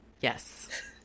Yes